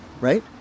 right